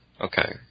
Okay